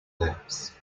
lifts